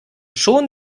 schon